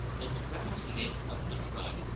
the drowsiness of the drug,